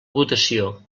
votació